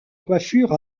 coiffure